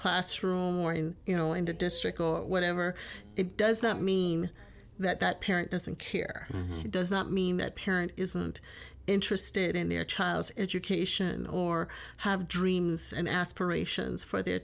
classroom or in you know in the district or whatever it doesn't mean that that parent doesn't care does not mean that parent isn't interested in their child's education or have dreams and aspirations for their